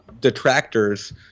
detractors